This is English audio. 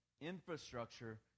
infrastructure